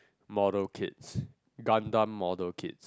model kids gum gum model kids